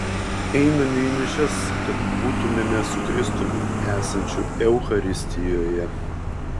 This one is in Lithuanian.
einame į mišias kad būtumėme su kristumi esančiu eucharistijoje